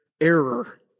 error